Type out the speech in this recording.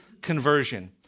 conversion